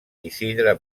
isidre